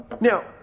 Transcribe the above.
Now